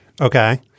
Okay